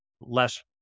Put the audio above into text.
Less